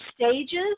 stages